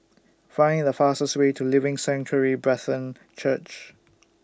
Find The fastest Way to Living Sanctuary Brethren Church